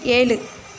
ஏழு